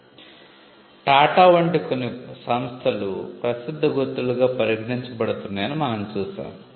" టాటా వంటి కొన్ని సంస్థలు ప్రసిద్ధ గుర్తులుగా పరిగణించబడుతున్నాయని మనం చూశాము